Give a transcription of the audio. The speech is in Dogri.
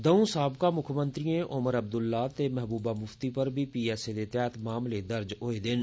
दौ'ऊं साबका मुक्खमंत्रिएं ओमर अब्दुल्ला ते महबूबा मुफ्ती पर बी पीएसए तैह्त मामले दर्ज होए दे न